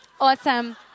Awesome